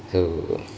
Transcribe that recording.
hell